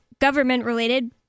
government-related